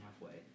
halfway